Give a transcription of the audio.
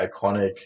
iconic